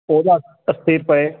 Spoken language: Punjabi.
ਉਹਦਾ ਅੱਸੀ ਰੁਪਏ